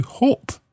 hope